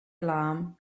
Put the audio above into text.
alarm